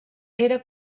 era